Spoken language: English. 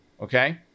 okay